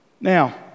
Now